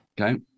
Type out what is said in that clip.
Okay